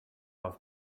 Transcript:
off